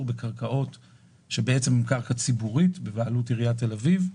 להשכרה על קרקעות בבעלות עיריית תל-אביב.